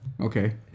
Okay